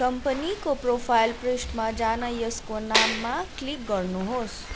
कम्पनीको प्रोफाइल पृष्ठमा जान यसको नाममा क्लिक गर्नुहोस्